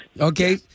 Okay